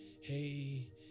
hey